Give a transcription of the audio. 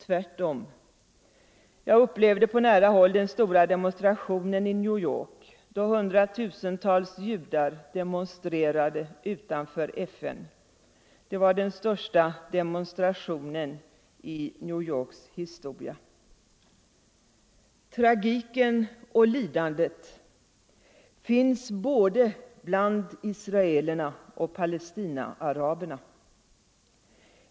Tvärtom. Jag upplevde på nära håll den stora demonstrationen i New York, då hundratusentals judar demonstrerade utanför FN. Det var den största demonstrationen i New Yorks historia. Tragiken och lidandet finns bland både israelerna och palestinaaraberna.